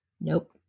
nope